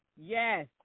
Yes